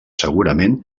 segurament